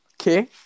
Okay